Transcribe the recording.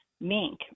Mink